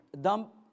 dump